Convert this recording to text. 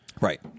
Right